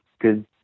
good